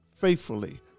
faithfully